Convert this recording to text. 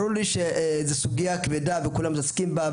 ברור לי שזוהי סוגיה כבדה; כולם עוסקים בה,